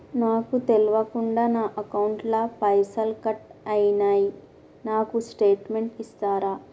నాకు తెల్వకుండా నా అకౌంట్ ల పైసల్ కట్ అయినై నాకు స్టేటుమెంట్ ఇస్తరా?